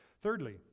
Thirdly